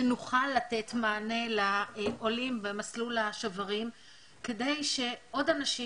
שנוכל לתת מענה לעולים במסלול השוברים כדי שעוד אנשים